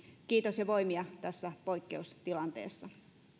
kiitos ja voimia tässä poikkeustilanteessa